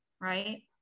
Right